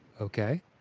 Okay